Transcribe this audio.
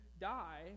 die